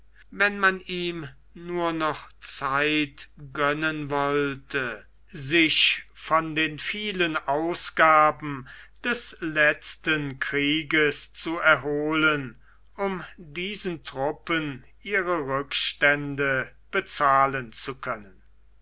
wenn man ihm nur noch zeit gönnen wollte sich von den vielen ausgaben des letzten krieges zu erholen um diesen truppen ihre rückstände bezahlen zu können